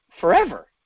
forever